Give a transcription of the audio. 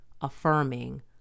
affirming